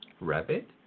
rabbit